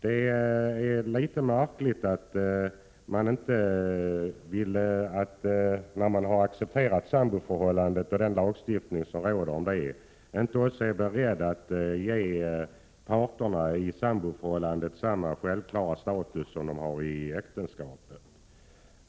Med tanke på den lagstiftning som råder, där man ju har accepterat samboförhållandet, är det märkligt att man inte är beredd att ge parterna i ett samboförhållande samma självklara status som parterna i ett äktenskap.